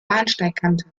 bahnsteigkante